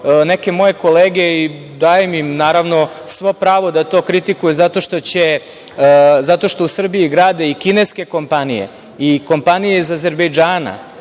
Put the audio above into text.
neke moje kolege i dajem im svo pravo da to kritikuju zato što u Srbiji grade i kineske kompanije, kompanije iz Azerbejdžana,